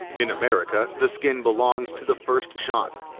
in america the skin belongs to the first shot,